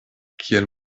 kiel